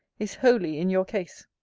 is wholly in your case.